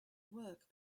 work